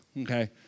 okay